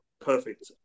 perfect